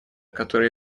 которая